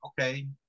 okay